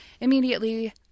immediately